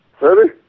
Ready